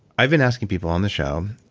i've been asking people on the show